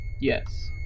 Yes